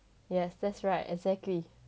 yes that's right exactly